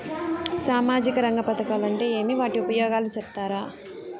సామాజిక రంగ పథకాలు అంటే ఏమి? వాటి ఉపయోగాలు సెప్తారా?